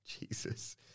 Jesus